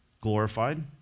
glorified